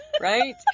Right